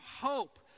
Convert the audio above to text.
hope